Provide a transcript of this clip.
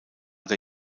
der